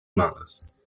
malas